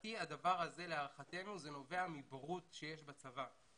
להערכתנו, הדבר נובע מבורות שקיימת בצבא.